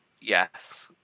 Yes